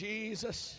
Jesus